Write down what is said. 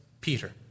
Peter